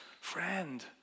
friend